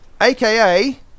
aka